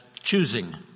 choosing